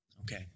Okay